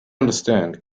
understand